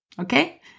okay